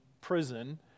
prison